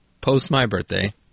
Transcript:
post-my-birthday